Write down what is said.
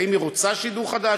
האם היא רוצה שידור חדש?